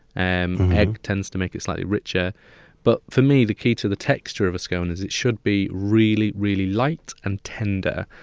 and egg tends to make it slightly richer but for me, the key to the texture of a scone is that it should be really, really light and tender.